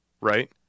right